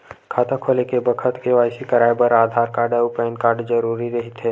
खाता खोले के बखत के.वाइ.सी कराये बर आधार कार्ड अउ पैन कार्ड जरुरी रहिथे